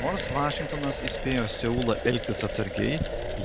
nors vašingtonas įspėjo seulą elgtis atsargiai